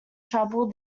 trouble